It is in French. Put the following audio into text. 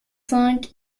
cinq